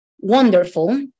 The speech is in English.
wonderful